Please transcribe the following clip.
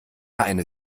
eine